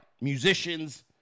musicians